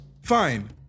Fine